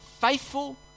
faithful